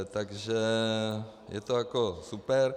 Takže je to jako super.